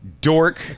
Dork